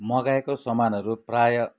मगाएको सामानहरू प्रायः